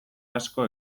asko